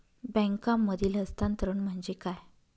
बँकांमधील हस्तांतरण म्हणजे काय?